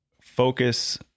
focus